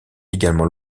également